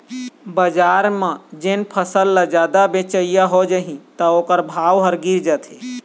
बजार म जेन फसल ल जादा बेचइया हो जाही त ओखर भाव ह गिर जाथे